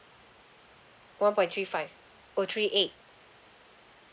one point three five oh three eight